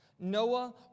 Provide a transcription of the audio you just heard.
Noah